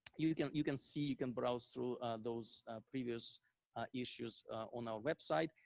you can you can see, you can browse through those previous issues on our website.